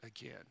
again